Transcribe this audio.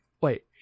Wait